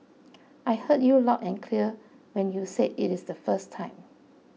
I heard you loud and clear when you said it the first time